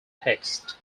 text